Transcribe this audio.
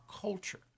culture